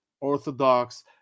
orthodox